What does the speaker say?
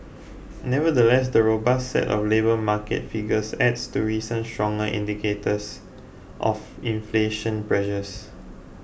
nevertheless the robust set of labour market figures adds to recent stronger indicators of inflation pressures